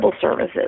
services